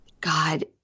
God